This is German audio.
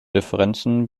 differenzen